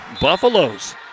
Buffaloes